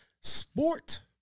sport